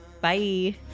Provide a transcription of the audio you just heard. Bye